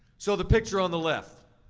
so the picture on the left,